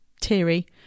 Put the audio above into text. teary